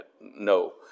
No